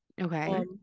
okay